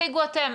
תציגו אתם.